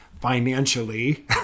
financially